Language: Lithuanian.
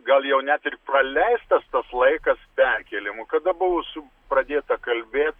gal jau net ir praleistas tas laikas perkėlimo kada buvau su pradėta kalbėt